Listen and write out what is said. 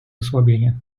osłabienie